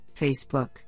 Facebook